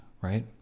right